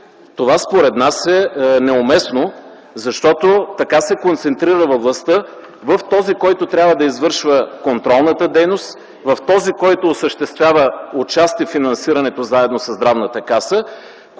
Това според нас е неуместно, защото така се концентрира властта в този, който трябва да извършва контролната дейност, в този, който осъществява отчасти финансирането заедно със Здравната каса.